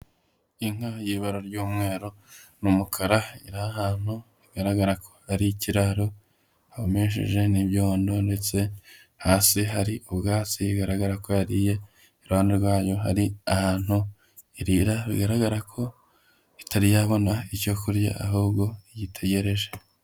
Inka y'ibara ry'umweru n'umukara iri ahantu hagaragara ko ari ikiraro, hahomesheje n'ibyondo ndetse hasi hari ubwatsi bigaragara ko yariye, iruhande ryayo hari ahantu irira bigaragara ko itari yabona icyo kurya ahubwo igitegereje.